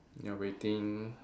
ya waiting